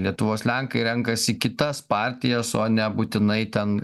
lietuvos lenkai renkasi kitas partijas o nebūtinai ten